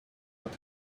had